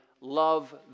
Love